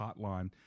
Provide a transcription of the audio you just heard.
hotline